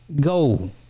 go